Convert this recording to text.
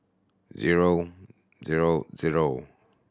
zero zero zero